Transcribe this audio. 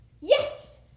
Yes